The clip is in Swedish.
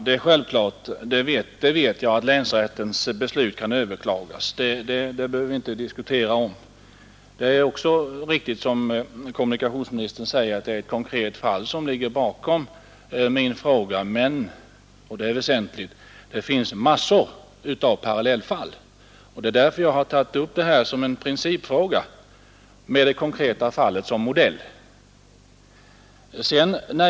Herr talman! Det är självklart att länsrättens beslut kan överklagas. Det behöver vi inte diskutera. Det är också riktigt som kommunikations ministern säger att det är ett konkret fall som ligger bakom min fråga, men — och det är väsentligt — det finns massor med parallellfall. Det är därför jag tagit upp detta som en principfråga med det konkreta fallet som modell.